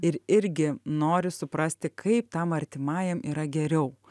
ir irgi nori suprasti kaip tam artimajam yra geriau